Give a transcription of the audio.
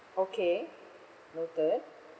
okay noted